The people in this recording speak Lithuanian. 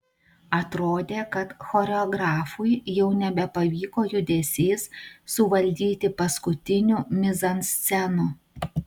atrodė kad choreografui jau nebepavyko judesiais suvaldyti paskutinių mizanscenų